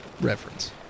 reference